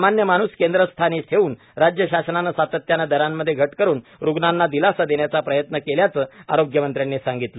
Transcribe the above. सामान्य माणूस केंद्र स्थानी ठेवून राज्य शासनाने सातत्याने दरामध्ये घट करुन रुग्णांना दिलासा देण्याचा प्रयत्न केल्याचे आरोग्यमंत्र्यांनी सांगितले